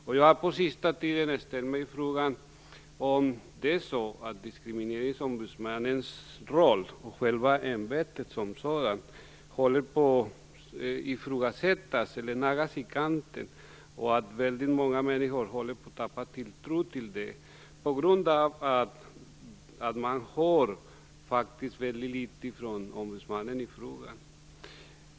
Jag har dock på sista tiden ställt mig frågan om Diskrimineringsombudsmannens roll och ämbetet som sådant håller på att ifrågasättas eller naggas i kanten. Väldigt många människor håller på att tappa tilltron till Diskrimineringsombudsmannen på grund av att man hör väldigt litet från ombudsmannen i fråga.